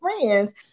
friends